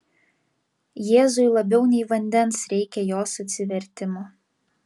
jėzui labiau nei vandens reikia jos atsivertimo